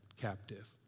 captive